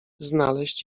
znaleźć